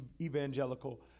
evangelical